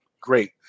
great